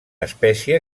espècie